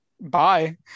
Bye